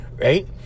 right